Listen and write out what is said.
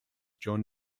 john